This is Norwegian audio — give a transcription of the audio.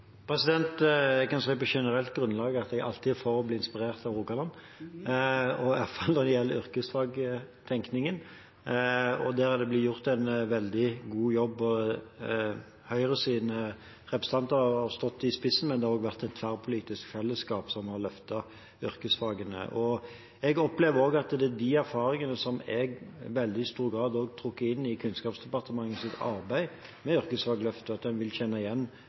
Jeg kan på generelt grunnlag si at jeg alltid er for å bli inspirert av Rogaland, i hvert fall når det gjelder yrkesfagtenkningen, der det blir gjort en veldig god jobb. Høyres representanter har stått i spissen, men det har også vært et tverrpolitisk fellesskap som har løftet yrkesfagene. Jeg opplever også at en i de erfaringene som i veldig stor grad er trukket inn i Kunnskapsdepartementets arbeid med Yrkesfagløftet, vil kjenne igjen